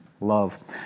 love